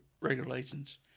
Regulations